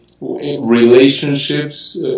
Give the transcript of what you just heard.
relationships